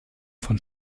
von